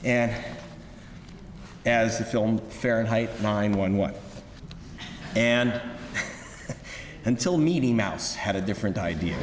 and as the film fahrenheit nine one one and until media mouse had a different idea